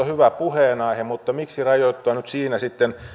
hyvä puheenaihe mutta miksi rajoittua nyt siinä sitten